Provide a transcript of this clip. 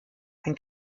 ein